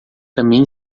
também